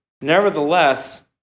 Nevertheless